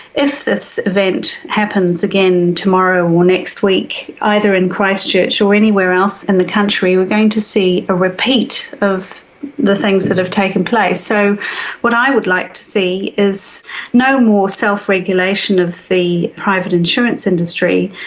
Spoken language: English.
if this event happens again tomorrow or next week, either in christchurch or anywhere else in the country, we are going to see a repeat of the things that have taken place. so what i would like to see is no more self-regulation of the private insurance industry,